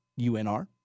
UNR